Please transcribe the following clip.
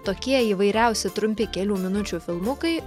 tokie įvairiausi trumpi kelių minučių filmukai